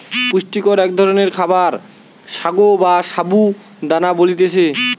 পুষ্টিকর এক ধরণকার খাবার সাগো বা সাবু দানা বলতিছে